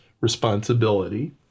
responsibility